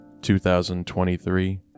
2023